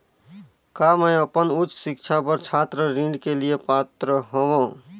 का मैं अपन उच्च शिक्षा बर छात्र ऋण के लिए पात्र हंव?